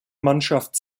mannschaft